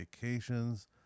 vacations